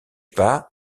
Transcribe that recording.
pas